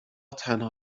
تنها